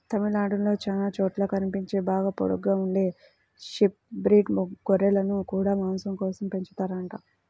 తమిళనాడులో చానా చోట్ల కనిపించే బాగా పొడుగ్గా ఉండే షీప్ బ్రీడ్ గొర్రెలను గూడా మాసం కోసమే పెంచుతారంట